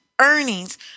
earnings